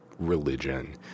Religion